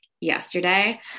yesterday